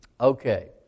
Okay